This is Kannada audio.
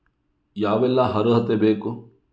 ಯಾವೆಲ್ಲ ಅರ್ಹತೆ ಬೇಕು?